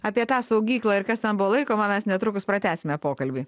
apie tą saugyklą ir kas ten buvo laikoma mes netrukus pratęsime pokalbį